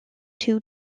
two